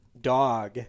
dog